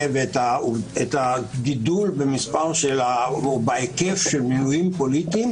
ואת הגידול בהיקף של מינויים פוליטיים,